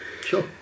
Sure